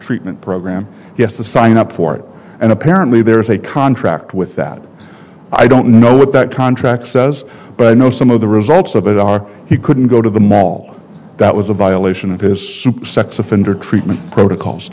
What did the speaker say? treatment program yes to sign up for it and apparently there's a contract with that i don't know what that contract says but i know some of the results of it are he couldn't go to the mall that was a violation of his soup sex offender treatment protocols